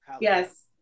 Yes